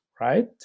right